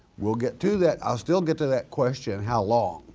we'll get to that, i'll still get to that question, how long,